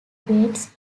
bates